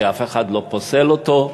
שאף אחד לא פוסל אותו,